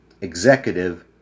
executive